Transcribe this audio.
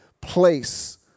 place